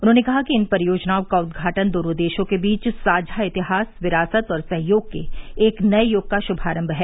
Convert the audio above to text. उन्होंने कहा कि इन परियोजनाओं का उद्घाटन दोनों देशों के बीच साझा इतिहास विरासत और सहयोग के एक नये युग का शुभारम्म है